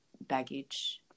baggage